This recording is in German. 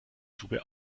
tube